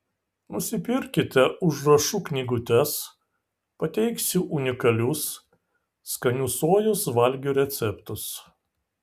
nusipirkite užrašų knygutes pateiksiu unikalius skanių sojos valgių receptus